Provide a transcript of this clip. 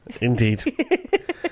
Indeed